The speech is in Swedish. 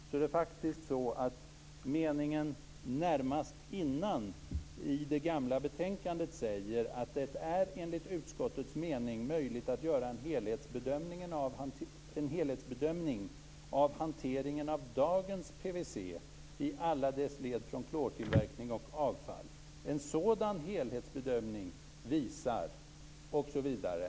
Det är faktiskt så att man i det gamla betänkandet säger: Det är enligt utskottets mening möjligt att göra en helhetsbedömning av hanteringen av dagens PVC i alla dess led från plåttillverkning och avfall. En sådan helhetsbedömning visar osv.